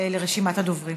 לרשימת הדוברים